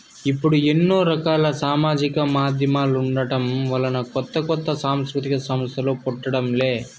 ఇప్పుడు ఎన్నో రకాల సామాజిక మాధ్యమాలుండటం వలన కొత్త కొత్త సాంస్కృతిక సంస్థలు పుట్టడం లే